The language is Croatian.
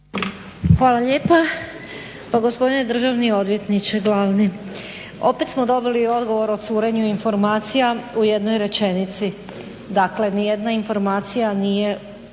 Hvala lijepa. Gospodine državni odvjetniče glavni, opet smo dobili odgovor o curenju informacija u jednoj rečenici, dakle nijedna informacija nije